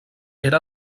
era